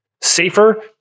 safer